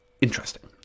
interesting